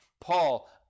Paul